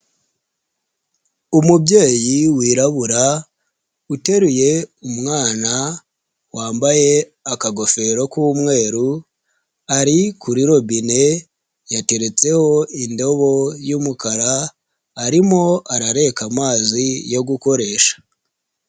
Umubyeyi wirabura uteruye umwana wambaye akagofero k'umweru, ari kuri robine yateretseho indobo y'umukara, arimo arareka amazi yo gukoresha.